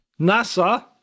NASA